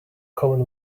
common